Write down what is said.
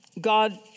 God